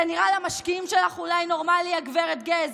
זה נראה למשקיעים שלך אולי נורמלי, הגב' גז?